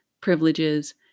privileges